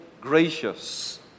gracious